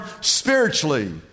spiritually